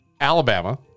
Alabama